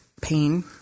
pain